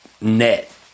net